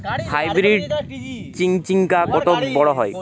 Hybrid চিচিংঙ্গা কত বড় হয়?